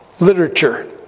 literature